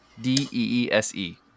D-E-E-S-E